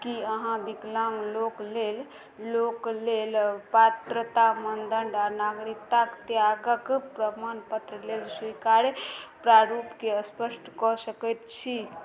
की अहाँ विकलाङ्ग लोक लेल लोक लेल पात्रता मानदंड आ नागरिकताक त्यागक प्रमाणपत्र लेल स्वीकार्य प्रारूपकेँ स्पष्ट कऽ सकैत छी